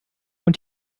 und